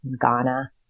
Ghana